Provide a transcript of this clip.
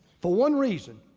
for one reason.